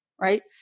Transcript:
right